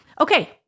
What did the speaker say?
Okay